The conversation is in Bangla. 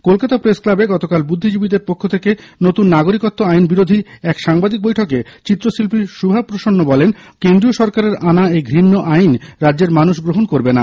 কলকাতা প্রেস ক্লাবে গতকাল বুদ্ধিজীবীদের পক্ষ থেকে নতুন নাগরিকত্ব আইন বিরোধী এক সাংবাদিক বৈঠকে চিত্রশিল্পী শুভাপ্রসন্ন বলেন কেন্দ্রীয় সরকারের আনা এই ঘৃণ্য আইন রাজ্যের মানুষ গ্রহণ করবে না